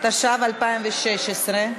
התשע"ו 2016,